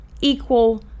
equal